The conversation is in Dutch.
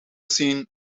zien